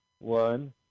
one